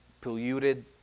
polluted